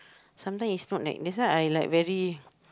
sometimes it's not like that's why I like very